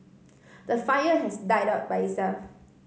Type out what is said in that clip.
the fire has died out by itself